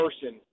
person